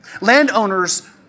Landowners